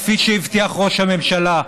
כפי שהבטיח ראש הממשלה,